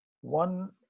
one